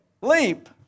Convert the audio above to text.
leap